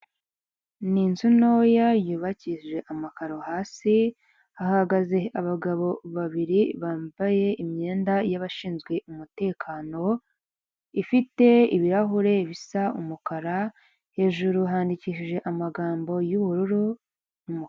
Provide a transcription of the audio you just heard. Ni inzu ntoya yubakishije amakaro hasi hahagaze abagabo babiri bambaye imyenda y'abashinzwe umutekano ifite ibirahure bisa umukara hejuru handikishije amagambo y'ubururu .